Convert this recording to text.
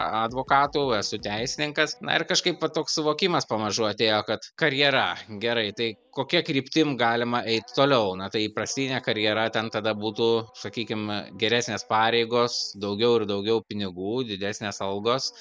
advokatų esu teisininkas na ir kažkaip va toks suvokimas pamažu atėjo kad karjera gerai tai kokia kryptim galima eit toliau na tai įprastine karjera ten tada būtų sakykim geresnės pareigos daugiau ir daugiau pinigų didesnės algos